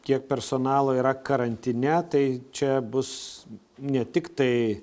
kiek personalo yra karantine tai čia bus ne tiktai